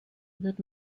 wird